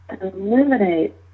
eliminate